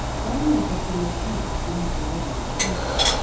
one letter from the cape she had already received.